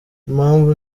impamvu